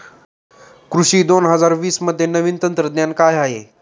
कृषी दोन हजार वीसमध्ये नवीन तंत्रज्ञान काय आहे?